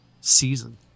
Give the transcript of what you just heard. season